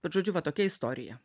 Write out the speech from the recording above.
bet žodžiu va tokia istorija